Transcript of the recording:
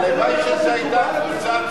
הלוואי שזו היתה קבוצת רוב.